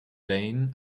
lane